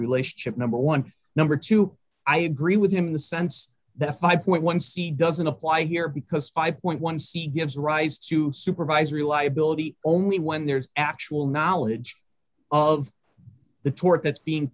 relationship number one number two i agree with him in the sense that a five point one c doesn't apply here because five point one c gives rise to supervisory liability only when there's actual knowledge of the tort that's being